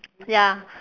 ya